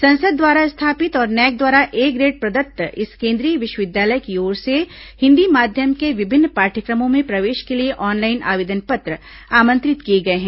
संसद द्वारा स्थापित और नैक द्वारा ए ग्रेड प्रदत्त इस केंद्रीय विश्वविद्यालय की ओर से हिंदी माध्यम के विभिन्न पाठयक्रमों में प्रवेश के लिए ऑनलाईन आवेदन पत्र आमंत्रित किए गए हैं